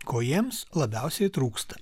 ko jiems labiausiai trūksta